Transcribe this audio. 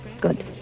Good